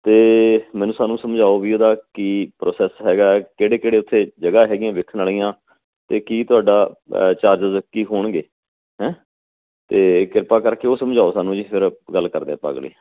ਅਤੇ ਮੈਨੂੰ ਸਾਨੂੰ ਸਮਝਾਉ ਵੀ ਉਹਦਾ ਕੀ ਪ੍ਰੋਸੈਸ ਹੈਗਾ ਕਿਹੜੇ ਕਿਹੜੇ ਉੱਥੇ ਜਗ੍ਹਾ ਹੈਗੀਆਂ ਵੇਖਣ ਵਾਲੀਆਂ ਅਤੇ ਕੀ ਤੁਹਾਡਾ ਚਾਰਜਿਜ ਕੀ ਹੋਣਗੇ ਹੈਂ ਅਤੇ ਕਿਰਪਾ ਕਰਕੇ ਉਹ ਸਮਝਾਉ ਸਾਨੂੰ ਜੀ ਫਿਰ ਗੱਲ ਕਰਦੇ ਆਪਾਂ ਅਗਲੀ